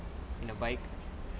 in a bike